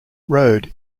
road